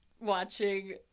watching